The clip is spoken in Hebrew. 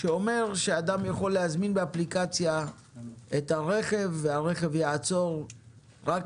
שאומר שאדם יכול להזמין באפליקציה את הרכב והרכב יעצור לו רק